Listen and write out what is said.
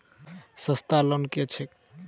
सस्ता लोन केँ छैक